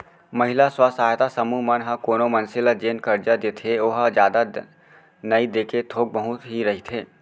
महिला स्व सहायता समूह मन ह कोनो मनसे ल जेन करजा देथे ओहा जादा नइ देके थोक बहुत ही रहिथे